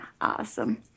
Awesome